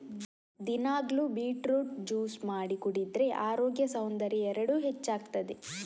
ದಿನಾಗ್ಲೂ beetroot juice ಮಾಡಿ ಕುಡಿದ್ರೆ ಅರೋಗ್ಯ ಸೌಂದರ್ಯ ಎರಡೂ ಹೆಚ್ಚಾಗ್ತದೆ